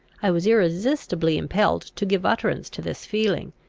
i was irresistibly impelled to give utterance to this feeling,